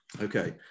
Okay